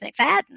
McFadden